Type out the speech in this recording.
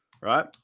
right